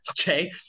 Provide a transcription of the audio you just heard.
okay